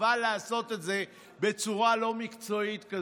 חבל לעשות את זה בצורה לא מקצועית כזאת.